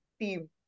team